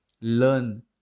learn